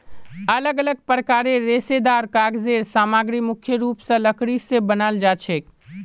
अलग अलग प्रकारेर रेशेदार कागज़ेर सामग्री मुख्य रूप स लकड़ी स बनाल जाछेक